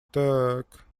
так